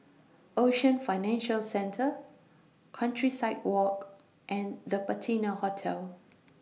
Ocean Financial Centre Countryside Walk and The Patina Hotel